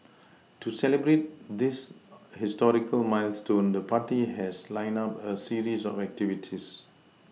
to celebrate this historical milestone the party has lined up a series of activities